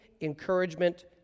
encouragement